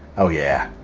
oh yeah,